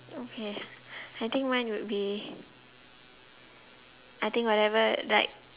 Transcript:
okay I think mine would be I think whatever like